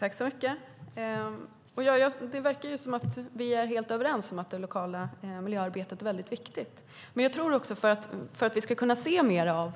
Herr talman! Det verkar som om vi är helt överens om att det lokala miljöarbetet är mycket viktigt. Men för att vi ska kunna se mer av